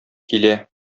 килә